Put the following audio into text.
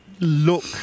look